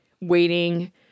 waiting